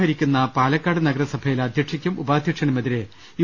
ഭരിക്കുന്ന പാലക്കാട് നഗരസഭയിലെ അധ്യക്ഷക്കും ഉപാധ്യക്ഷനുമെതിരെ യു